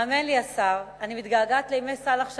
האמן לי, השר, אני מתגעגעת לימי סאלח שבתי.